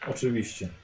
Oczywiście